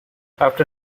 after